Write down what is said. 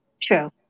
True